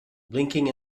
blinking